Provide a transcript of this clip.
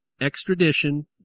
Extradition